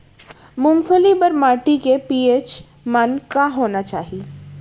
मूंगफली बर माटी के पी.एच मान का होना चाही?